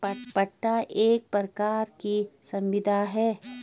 पट्टा एक प्रकार की संविदा है